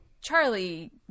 Charlie